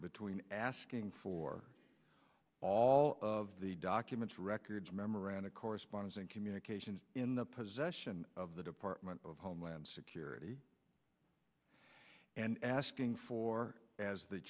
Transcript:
between asking for all of the documents records memoranda correspondence and communications in the possession of the department of homeland security and asking for as the